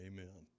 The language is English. Amen